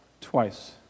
twice